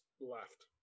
left